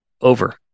over